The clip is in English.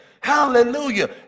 Hallelujah